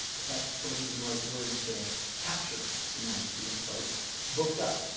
if that's really even the right word to capture the majesty of the place booked up,